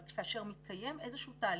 אבל כאשר מתקיים איזשהו תהליך,